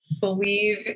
Believe